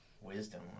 Wisdom